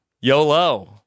yolo